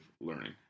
learning